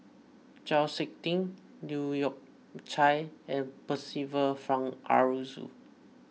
Chau Sik Ting Leu Yew Chye and Percival Frank Aroozoo